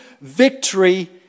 victory